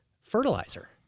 fertilizer